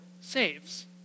saves